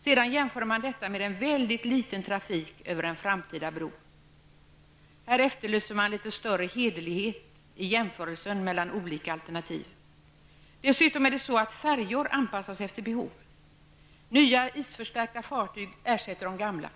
Sedan jämför man detta med en väldigt liten trafik över en framtida bro. Här vill jag efterlysa litet större hederlighet i jämförelsen mellan olika alternativ. Det är dessutom så att färjor anpassas efter behov. Nya isförstärkta fartyg ersätter de gamla.